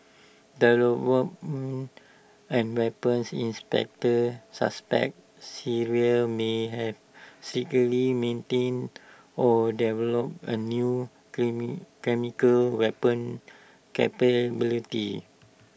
and weapons inspectors suspect Syria may have secretly maintained or developed A new chemical weapons capability